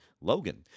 Logan